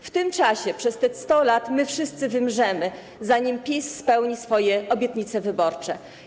W tym czasie, przez te 100 lat, wszyscy wymrzemy, zanim PiS spełni swoje obietnice wyborcze.